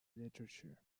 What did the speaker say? literature